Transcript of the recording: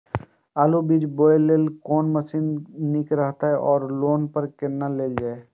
आलु बीज बोय लेल कोन मशीन निक रहैत ओर लोन पर केना लेल जाय?